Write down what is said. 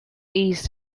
east